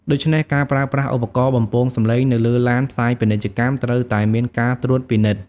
ដូច្នេះ ការប្រើប្រាស់ឧបករណ៍បំពងសម្លេងនៅលើឡានផ្សាយពាណិជ្ជកម្មត្រូវតែមានការត្រួតពិនិត្យ។